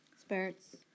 Spirits